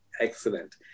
Excellent